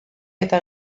eta